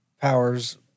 powers